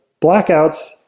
blackouts